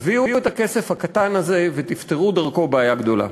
תביאו את הכסף הקטן הזה ותפתרו דרכו בעיה גדולה.